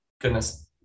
Goodness